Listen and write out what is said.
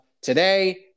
today